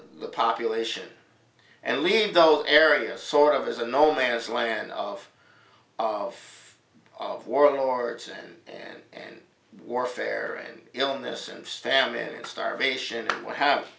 the population and leave though area sort of as a no man's land of of of warlords and an end warfare in illness and spam in starvation and what have